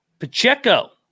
Pacheco